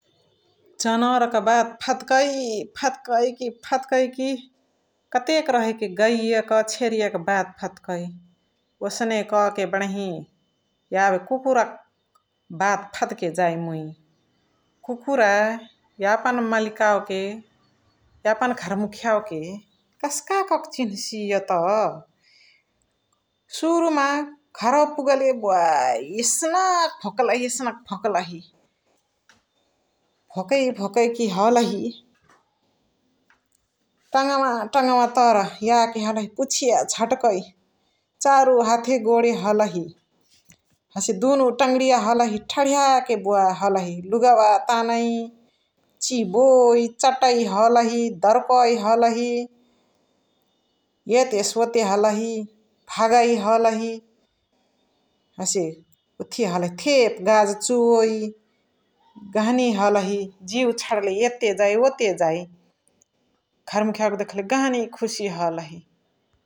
जनावर क बात फद्कै फद्कै कि फद्कै कि कतेक रहेके गैया क छेरिया क बात फद्कै । ओसने कह्के बणही यबे कुकुरा क बात फद्के जाइ मुइ । कुकुरा यापन मलिकावा के, यापन घर मुखियावा के कस्का कके चिन्सिय त । सुरुमा घरवा पुगले बोअह एसनक भोकलही एसनक भोकलहि, भोकै भोकैकी हलही टङवा टङवा तर याके हलही पुछिया झ्टकै चारो हाथे गोडे हलही हसे दुनु टङणिया ठडिया के बोअह हलही लुगवा तानै, चिबोइ, चटै हलहि, दरुकै हलहि, एतेस ओतेस हलही हगै हलही हसे ओथिया हलही थेप्, गाज चुवोइ, गहनी हलही जीउ छडले एते जाइ ओते जाइ । घर मुखियावा के देखले गहनी खुशी हलही ।